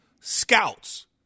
scouts